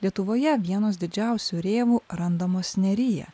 lietuvoje vienos didžiausių rėvų randamos neryje